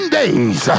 days